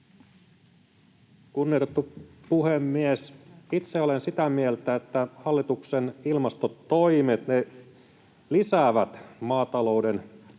Kunnioitettu puhemies! Itse olen sitä mieltä, että hallituksen ilmastotoimet lisäävät maatalouden